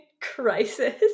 crisis